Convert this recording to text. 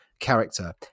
character